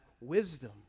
wisdom